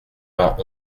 vingt